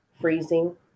freezing